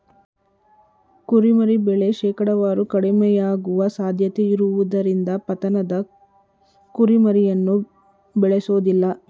ಕುರಿಮರಿ ಬೆಳೆ ಶೇಕಡಾವಾರು ಕಡಿಮೆಯಾಗುವ ಸಾಧ್ಯತೆಯಿರುವುದರಿಂದ ಪತನದ ಕುರಿಮರಿಯನ್ನು ಬೇಳೆಸೋದಿಲ್ಲ